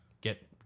Get